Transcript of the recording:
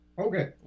okay